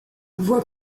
voie